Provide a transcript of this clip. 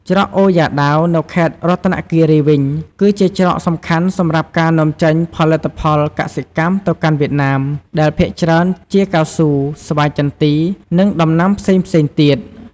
ច្រកអូរយ៉ាដាវ នៅខេត្តរតនគិរីវិញ គឺជាច្រកសំខាន់សម្រាប់ការនាំចេញផលិតផលកសិកម្មទៅកាន់វៀតណាម ដែលភាគច្រើនជាកៅស៊ូ ស្វាយចន្ទី និងដំណាំផ្សេងៗទៀត។